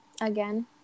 again